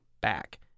back